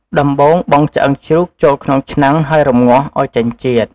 ដំបូងបង់ឆ្អឹងជ្រូកចូលក្នុងឆ្នាំងហើយរំងាស់ ឱ្យចេញជាតិ។